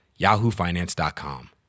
yahoofinance.com